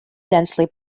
densely